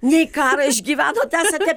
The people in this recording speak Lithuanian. nei karą išgyvenot esate